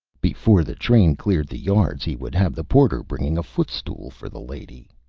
before the train cleared the yards he would have the porter bringing a foot-stool for the lady.